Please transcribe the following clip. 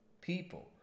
people